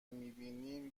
میبینیم